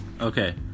Okay